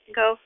go